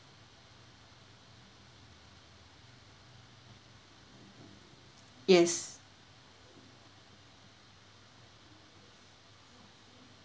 yes